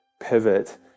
pivot